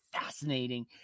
fascinating